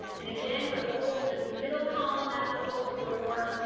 and again, for the folks, that's the middle column, that's the folks who were more